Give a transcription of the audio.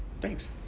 thanks